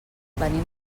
venim